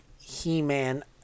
He-Man